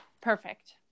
perfect